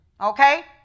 Okay